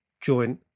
join